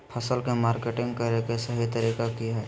फसल के मार्केटिंग करें कि सही तरीका की हय?